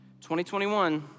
2021